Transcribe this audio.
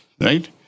Right